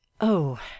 Oh